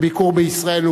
בביקור בישראל.